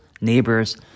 neighbors